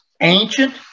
ancient